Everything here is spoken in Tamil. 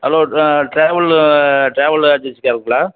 ஹலோ ட்ராவல் ட்ராவல் ஏஜென்சி அவங்களா